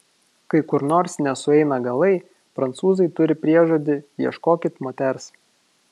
kai kur nors nesueina galai prancūzai turi priežodį ieškokit moters